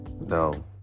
no